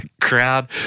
crowd